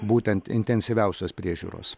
būtent intensyviausios priežiūros